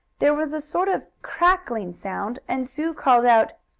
there was a sort of crackling sound, and sue called out